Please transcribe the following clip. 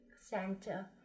center